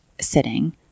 sitting